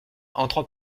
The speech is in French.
entrant